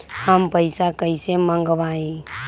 हम पैसा कईसे मंगवाई?